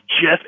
Jeff